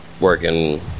working